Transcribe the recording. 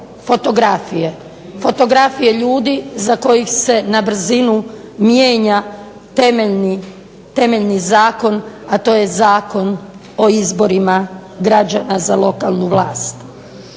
Fotografije ljudi za kojih se na brzinu mijenja temeljni zakon, a to je Zakon o izborima građana za lokalnu vlast.